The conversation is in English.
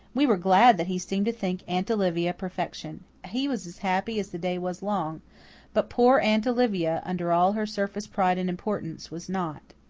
we were glad that he seemed to think aunt olivia perfection. he was as happy as the day was long but poor aunt olivia, under all her surface pride and importance, was not.